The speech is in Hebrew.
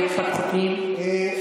אין שום ספק,